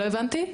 לא הבנתי.